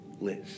list